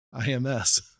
IMS